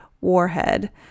Warhead